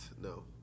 No